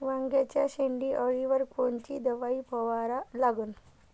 वांग्याच्या शेंडी अळीवर कोनची दवाई फवारा लागन?